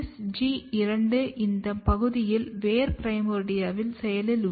MSG2 இந்த பகுதியிலும் வேர் பிரைமோர்டியாவிலும் செயலில் உள்ளது